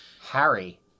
Harry